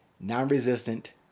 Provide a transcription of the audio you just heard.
non-resistant